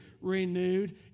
renewed